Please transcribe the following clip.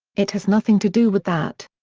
it has nothing to do with that.